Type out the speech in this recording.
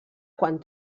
quan